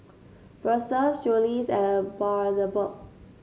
Versace Julie's and Bundaberg